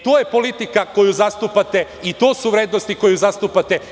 To je politika koju zastupate i to su vrednosti koje zastupate.